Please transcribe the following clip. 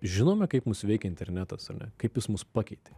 žinome kaip mus veikia internetas ar ne kaip jis mus pakeitė